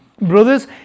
Brothers